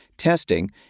testing